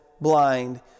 blind